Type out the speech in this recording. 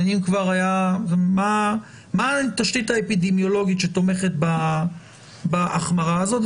מהי התשתית האפידמיולוגית שתומכת בהחמרה הזאת?